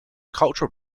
cultural